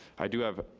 i do have